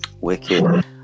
Wicked